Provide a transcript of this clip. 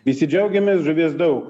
visi džiaugiamės žuvies daug